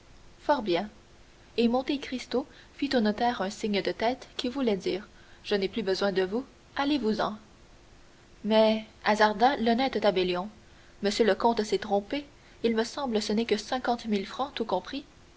fort bien et monte cristo fit au notaire un signe de tête qui voulait dire je n'ai plus besoin de vous allez-vous-en mais hasarda l'honnête tabellion monsieur le comte s'est trompé il me semble ce n'est que cinquante mille francs tout compris